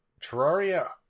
Terraria